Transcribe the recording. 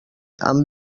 amb